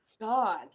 God